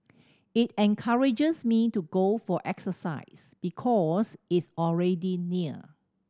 it encourages me to go for exercise because it's already near